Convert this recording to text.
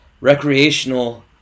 recreational